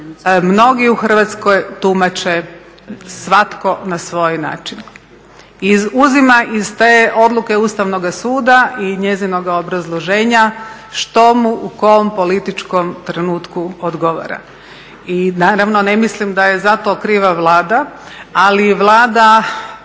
mnogi u Hrvatskoj tumače svatko na svoj način, izuzima iz te odluke Ustavnoga suda i njezinoga obrazloženja što mu u kom političkom trenutku odgovara. I naravno ne mislim da je zato kriva Vlada, ali Vlada